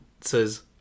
says